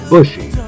Bushy